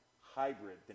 hybrid